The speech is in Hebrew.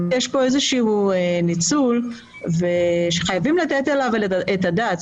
יש כאן איזשהו ניצול שחייבים לתת עליו את הדעת.